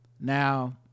now